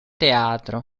teatro